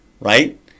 right